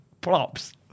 plops